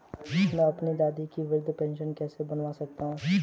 मैं अपनी दादी की वृद्ध पेंशन कैसे बनवा सकता हूँ?